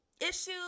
issues